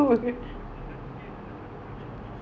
like boleh nampak kaki kan dalam ada orang ah